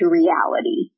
reality